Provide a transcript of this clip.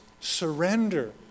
surrender